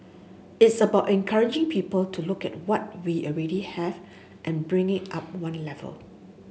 it's about encouraging people to look at what we already have and bring it up one level